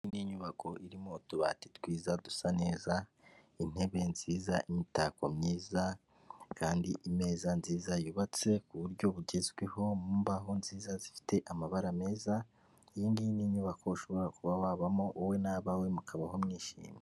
Iyi ni inyubako irimo utubati twiza dusa neza, intebe nziza imitako myiza kandi imeza nziza yubatse ku buryo bugezweho, mu mbaho nziza zifite amabara meza, iyi ngiyi ni inyubako ushobora kuba wabamo wowe n'abawe mukabaho mwishimye.